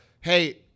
hey